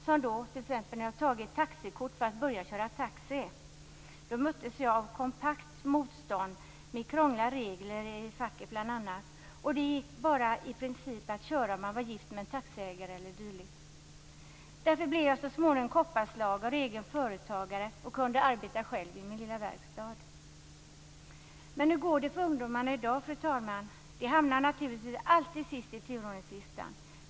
När jag t.ex. hade tagit taxikort för att börja köra taxi möttes jag av kompakt motstånd med krångliga regler i facket bl.a. I princip gick det bara att köra taxi om man var gift med en taxiägare e.d. Därför blev jag så småningom kopparslagare och egenföretagare och kunde arbeta själv i min lilla verkstad. Men, fru talman hur går det för ungdomarna i dag? De hamnar naturligtvis alltid sist på turordningslistan.